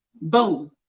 Boom